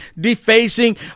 defacing